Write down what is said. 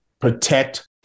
protect